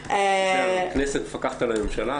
--- הכנסת מפקחת על הממשלה.